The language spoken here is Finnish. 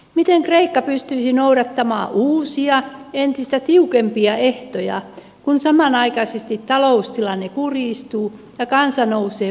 miten kreikka pystyisi noudattamaan uusia entistä tiukempia ehtoja kun samanaikaisesti taloustilanne kurjistuu ja kansa nousee barrikadeille